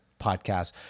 podcast